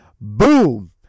Boom